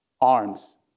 arms